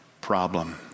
problem